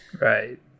Right